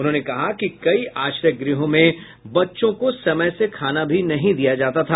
उन्होंने कहा कि कई आश्रय गृहों में बच्चों को समय से खाना भी नहीं दिया जाता था